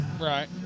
Right